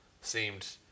seemed